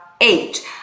eight